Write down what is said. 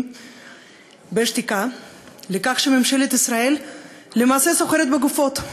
בשתיקה בזה שממשלת ישראל למעשה סוחרת בגופות.